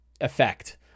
effect